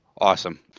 Awesome